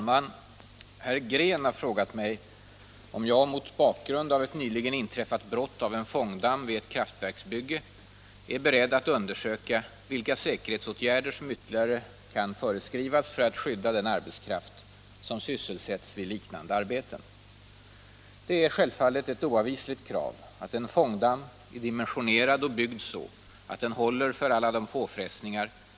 Söndagen den 15 maj inträffade en katastrof under pågående kraftverksbygge vid Näs i Dalälven. Den kraftiga vårfloden bröt igenom en fångdamm. Men eftersom olyckan inträffade på en helgdag förorsakade den enbart stora materiella skador — 10 miljoner har nämnts i sammanhanget.